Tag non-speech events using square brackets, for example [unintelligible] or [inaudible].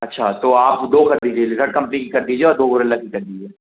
अच्छा तो आप दो कर दीजिए [unintelligible] कम्पनी की कर दीजिए और दो गोरिल्ला की कर दीजिए